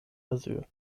asyl